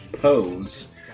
pose